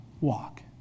walk